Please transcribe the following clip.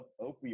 opioid